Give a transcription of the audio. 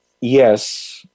yes